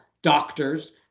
doctors